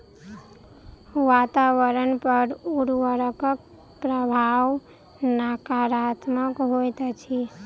वातावरण पर उर्वरकक प्रभाव नाकारात्मक होइत अछि